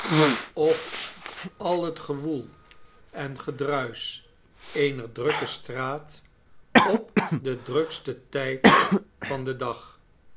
of al het gewoel en gedruis eener drukke straat op den druksten tijd van den dag